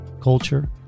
culture